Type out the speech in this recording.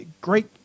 Great